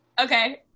okay